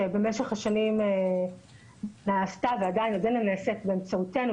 שבמשך השנים נעשתה ועודנה נעשית באמצעותנו,